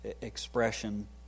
expression